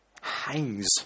hangs